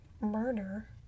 murder